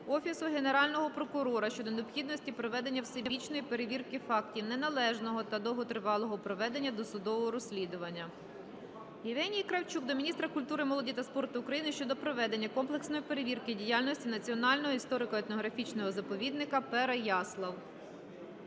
Офісу Генерального прокурора щодо необхідності проведення всебічної перевірки фактів неналежного та довготривалого проведення досудового розслідування. Євгенії Кравчук до міністра культури, молоді та спорту України щодо проведення комплексної перевірки діяльності Національного історико-етнографічного заповідника "Переяслав".